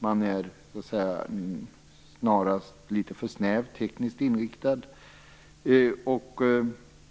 Man är snarast litet för snävt tekniskt inriktad.